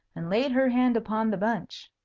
and laid her hand upon the bunch.